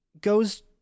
goes